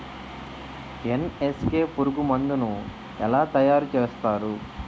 NSK పురుగు మందు ను ఎలా తయారు చేస్తారు?